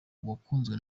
wakunzwe